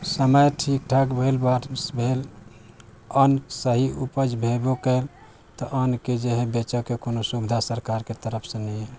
समय ठीक ठाक भेल बात भेल अन्न सही उपज भेबो कयल तऽ अन्नके जेहै बेचऽके सुविधा सरकारके तरफसँ नही है